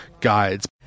guides